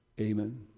Amen